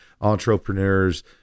entrepreneurs